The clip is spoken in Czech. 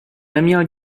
neměl